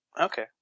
Okay